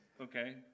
Okay